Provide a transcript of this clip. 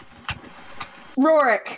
Rorik